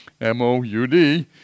M-O-U-D